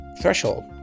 Threshold